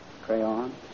crayon